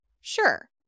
sure